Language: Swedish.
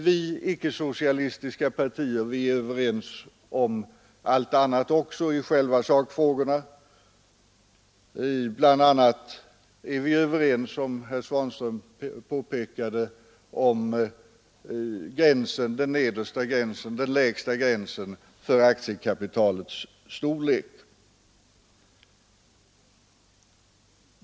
Vi icke-socialistiska partier är överens om allt annat också i själva sakfrågorna. BI. a. är vi överens om det herr Svanström påpekade beträffande den lägsta gränsen för aktiekapitalets storlek.